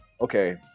Okay